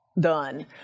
done